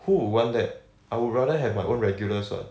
who would want that I would rather have my own regulars what